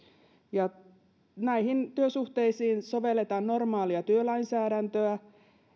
näihin työsuhteisiin sovelletaan normaalia työlainsäädäntöä